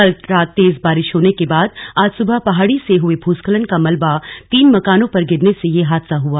कल रात तेज बारिश होने के बाद आज सुबह पहाड़ी से हुए भूस्खलन का मलबा तीन मकानों पर गिरने से यह हादसा हुआ